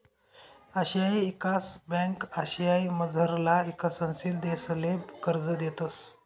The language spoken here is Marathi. आशियाई ईकास ब्यांक आशियामझारला ईकसनशील देशसले कर्ज देतंस